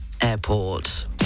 Airport